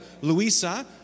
Louisa